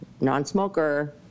non-smoker